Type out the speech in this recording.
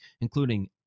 including